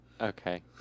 Okay